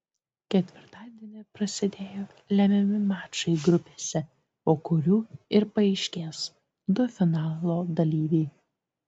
ketvirtadienį prasidėjo lemiami mačai grupėse po kurių ir paaiškės du finalo dalyviai